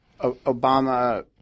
Obama –